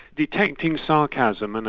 detecting sarcasm, and